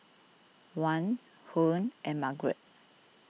Dwan Huy and Margrett